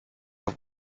auf